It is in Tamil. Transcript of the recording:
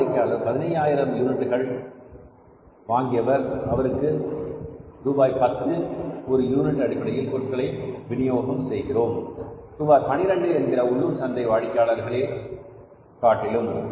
ஒரு வாடிக்கையாளர் 15000 யூனிட்டுகள் வாங்கியவர் அவருக்கு ரூபாய் 10 ஒரு யூனிட் அடிப்படையில் பொருட்களை விநியோகம் செய்கிறோம் ரூபாய் 12 என்கிற உள்ளூர் சந்தை வாடிக்கையாளர்களே காட்டிலும்